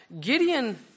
Gideon